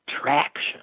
traction